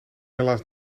helaas